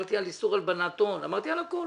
אמרתי על איסור הלבנת הון, אמרתי על הכול.